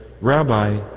rabbi